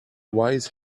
wise